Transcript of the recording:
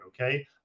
Okay